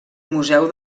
museu